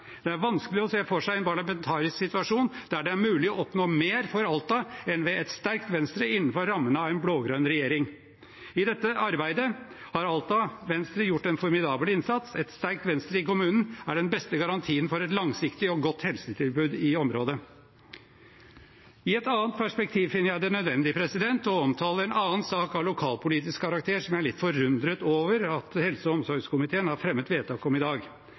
Det er vanskelig å se for seg en parlamentarisk situasjon der det er mulig å oppnå mer for Alta enn ved et sterkt Venstre innenfor rammene av en blå-grønn regjering. I dette arbeidet har Alta Venstre gjort en formidabel innsats. Et sterkt Venstre i kommunen er den beste garantien for et langsiktig og godt helsetilbud i området. I et annet perspektiv finner jeg det nødvendig å omtale en annen sak av lokalpolitisk karakter som jeg er litt forundret over at helse- og omsorgskomiteen har fremmet vedtak om i dag.